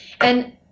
And-